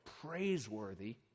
praiseworthy